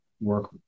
work